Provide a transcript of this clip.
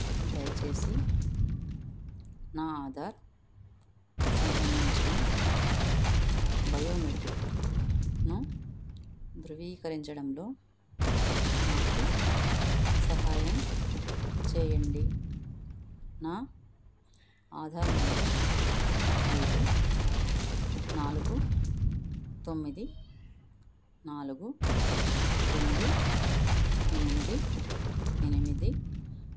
దయచేసి నా ఆధార్ సంబంధించిన బయోమెట్రిక్ను ధృవీకరించడంలో నాకు సహాయం చేయండి నా ఆధార్ నెంబర్ ఐదు నాలుగు తొమ్మిది నాలుగు రెండు ఎనిమిది ఎనిమిది